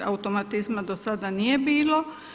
Automatizma do sada nije bilo.